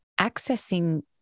accessing